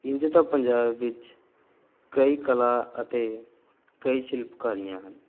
ਇੰਝ ਤਾਂ ਪੰਜਾਬ ਵਿੱਚ ਕਈ ਕਲਾ ਅਤੇ ਕਈ ਸ਼ਿਲਪਕਾਰੀਆਂ ਹਨ